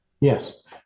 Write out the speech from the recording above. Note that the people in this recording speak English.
Yes